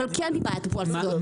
אבל כן דיברנו פה על עובדות,